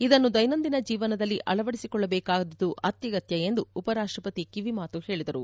ಇದನ್ನು ದೈನಂದಿನ ಜೀವನದಲ್ಲಿ ಅಳವಡಿಸಿಕೊಳ್ಳಬೇಕಾದುದು ಅತ್ಯಗತ್ಯ ಎಂದು ಉಪರಾಷ್ಟಪತಿ ಕಿವಿಮಾತು ಹೇಳಿದರು